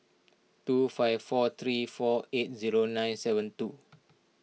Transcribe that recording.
two five four three four eight zero nine seven two